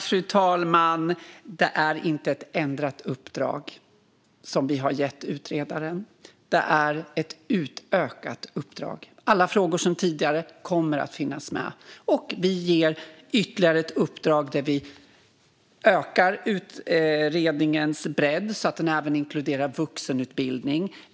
Fru talman! Det är inte ett ändrat uppdrag som vi har gett utredaren. Det är ett utökat uppdrag. Alla frågor sedan tidigare kommer att finnas med, och vi ger ytterligare ett uppdrag där vi ökar utredningens bredd så att den även inkluderar vuxenutbildning.